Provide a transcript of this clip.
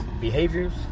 behaviors